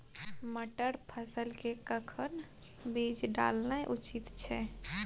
मटर फसल के कखन बीज डालनाय उचित छै?